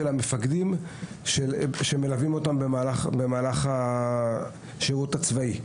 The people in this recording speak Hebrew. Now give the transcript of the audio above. המפקדים שמלווים אותם במהלך השירות הצבאי.